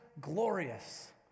glorious